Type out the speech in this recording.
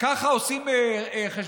ככה עושים חשבונות?